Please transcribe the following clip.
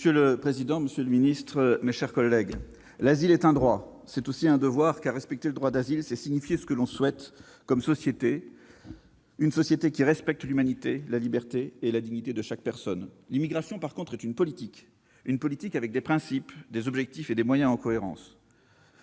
Monsieur le président, monsieur le ministre, mes chers collègues, l'asile est un droit, c'est aussi un devoir, car respecter le droit d'asile, c'est signifier ce que l'on souhaite comme société- une société qui respecte l'humanité, la liberté et la dignité de chaque personne. L'immigration, en revanche, est une politique, avec des principes, des objectifs et des moyens en cohérence.